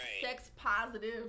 sex-positive